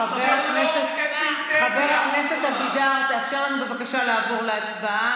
חבר הכנסת אבידר, תאפשר לנו בבקשה לעבור להצבעה.